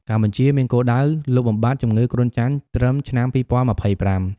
កម្ពុជាមានគោលដៅលុបបំបាត់ជំងឺគ្រុនចាញ់ត្រឹមឆ្នាំ ២០២៥។